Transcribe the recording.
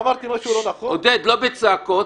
עודד, לא בצעקות.